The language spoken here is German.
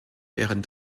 wären